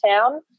town